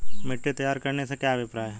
मिट्टी तैयार करने से क्या अभिप्राय है?